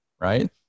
right